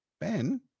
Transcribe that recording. Ben